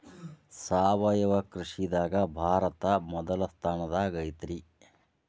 ಸಾವಯವ ಕೃಷಿದಾಗ ಭಾರತ ಮೊದಲ ಸ್ಥಾನದಾಗ ಐತ್ರಿ